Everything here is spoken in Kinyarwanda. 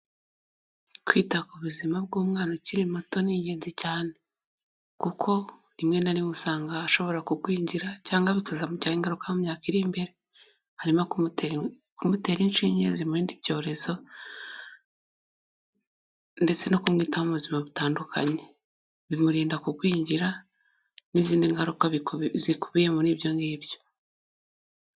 Kwita ku buzima bw'umwana ukiri muto ni ingenzi cyane, kuko rimwe na rimwe usanga ashobora kugwingira cyangwa bikazamugiraho ingaruka mu myaka iri imbere. Harimo kumutera inshinge zimurinda byorezo ndetse no kumwitaho mu buzima butandukanye bimurinda kugwingira n'izindi ngaruka zikubiye muri ibyo ngibyo.